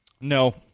No